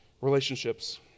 relationships